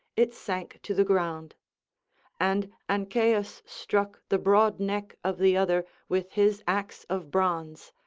it sank to the ground and ancaeus struck the broad neck of the other with his axe of bronze,